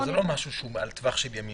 זה לא משהו שהוא בטווח של ימים,